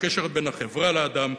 בקשר בין החברה לאדם,